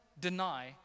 deny